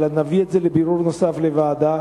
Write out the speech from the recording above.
אלא נביא את זה לבירור נוסף בוועדה,